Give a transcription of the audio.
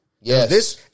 Yes